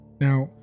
Now